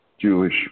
Jewish